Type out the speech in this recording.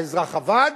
האזרח עבד,